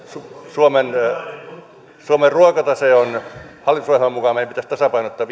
suomen suomen ruokatasetta hallitusohjelman mukaan meidän pitäisi tasapainottaa